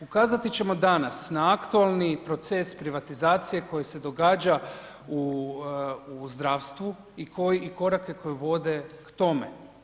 Ukazati ćemo danas na aktualni proces privatizacije koji se događa u zdravstvu i koji korake koji vode k tome.